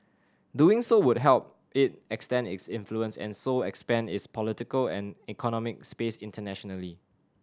doing so would help it extend its influence and so expand its political and economic space internationally